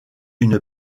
une